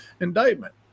indictment